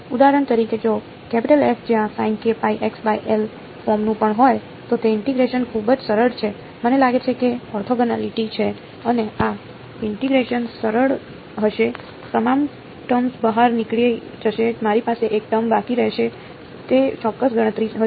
ઉદાહરણ તરીકે જો કેપિટલ F જ્યાં ફોર્મનું પણ હોય તો તે ઇન્ટીગ્રેશન ખૂબ જ સરળ છે મને લાગે છે કે તે ઓર્થોગોનાલિટી છે અને આ ઇન્ટીગ્રેશન સરળ હશે તમામ ટર્મ્સ બહાર નીકળી જશે મારી પાસે એક ટર્મ બાકી રહેશે તે ચોક્કસ ગણતરી હશે